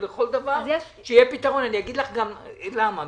אגיד לך גם למה,